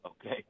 Okay